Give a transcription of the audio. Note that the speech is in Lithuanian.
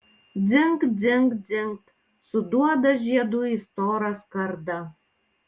dzingt dzingt dzingt suduoda žiedu į storą skardą